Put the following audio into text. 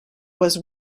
was